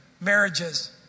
marriages